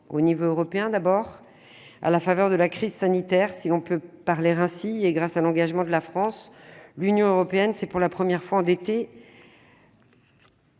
de la dette publique. À la faveur de la crise sanitaire, si l'on peut parler ainsi, et grâce à l'engagement de la France, l'Union européenne s'est, pour la première fois, endettée